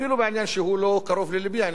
העניין של גיוס ודברים כאלה,